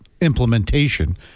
implementation